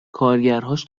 کارگرهاش